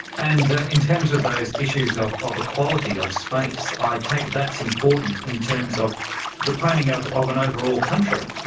and ah in terms of those issues of of equality or space, i take it that's important in terms of the planning of of an overall country,